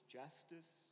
justice